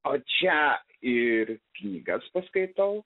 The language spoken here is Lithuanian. o čia ir knygas paskaitau